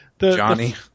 Johnny